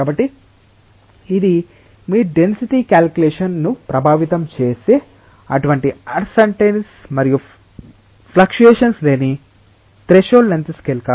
కాబట్టి ఇది మీ డెన్సిటీ క్యాల్క్యులేషన్ ను ప్రభావితం చేసే అటువంటి అన్సర్టైనిటిస్ మరియు ఫ్లక్షుయేషన్స్ లేని త్రెషోల్డ్ లెంగ్త్ స్కేల్